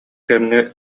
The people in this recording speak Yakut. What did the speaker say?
кэмҥэ